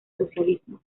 socialismo